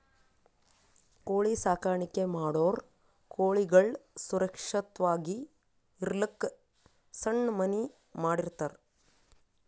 ಕೋಳಿ ಸಾಕಾಣಿಕೆ ಮಾಡೋರ್ ಕೋಳಿಗಳ್ ಸುರಕ್ಷತ್ವಾಗಿ ಇರಲಕ್ಕ್ ಸಣ್ಣ್ ಮನಿ ಮಾಡಿರ್ತರ್